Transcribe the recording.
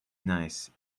nice